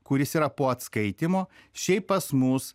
kuris yra po atskaitymo šiaip pas mus